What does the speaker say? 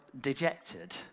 dejected